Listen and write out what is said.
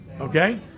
okay